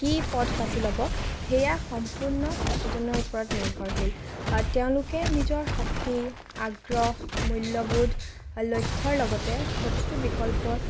কি পথ বাচি ল'ব সেয়া সম্পূৰ্ণ ছাত্ৰজনৰ ওপৰত নিৰ্ভৰশীল তেওঁলোকে নিজৰ শক্তি আগ্ৰহ মূল্যবোধ লক্ষ্যৰ লগতে প্ৰতিটো বিকল্পৰ